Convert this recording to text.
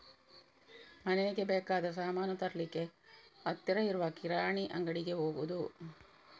ಮನೆಗೆ ಬೇಕಾದ ಸಾಮಾನು ತರ್ಲಿಕ್ಕೆ ಹತ್ತಿರ ಇರುವ ಕಿರಾಣಿ ಅಂಗಡಿಗೆ ಹೋಗುದು